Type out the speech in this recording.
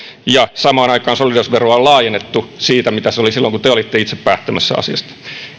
ja samaan aikaan solidaarisuusveroa on laajennettu siitä mitä se oli silloin kun te olitte itse päättämässä asiasta